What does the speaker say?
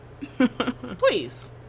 please